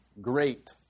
great